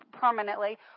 permanently